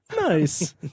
Nice